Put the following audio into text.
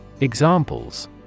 Examples